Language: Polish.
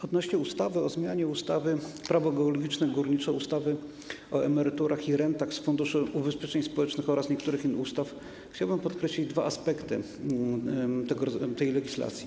Odnośnie do ustawy o zmianie ustawy - Prawo geologiczne i górnicze, ustawy o emeryturach i rentach z Funduszu Ubezpieczeń Społecznych oraz niektórych innych ustaw chciałbym podkreślić dwa aspekty tej legislacji.